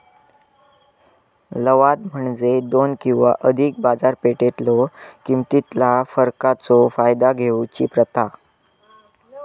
लवाद म्हणजे दोन किंवा अधिक बाजारपेठेतलो किमतीतला फरकाचो फायदा घेऊची प्रथा